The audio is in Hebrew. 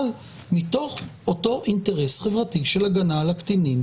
אבל מתוך אותו אינטרס חברתי של הגנה על הקטינים,